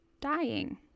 dying